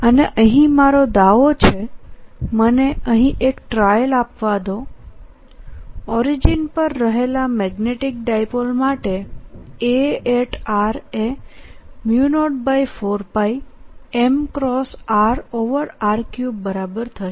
અને અહીં મારો દાવો છેમને અહીં એક ટ્રાયલ આપવા દો ઓરિજીન પર રહેલા મેગ્નેટીક ડાયપોલ માટે A એ 04π mrr3 બરાબર થશે